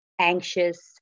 anxious